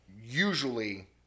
Usually